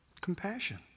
compassion